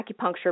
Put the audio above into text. acupuncture